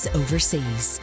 overseas